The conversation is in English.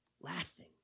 laughing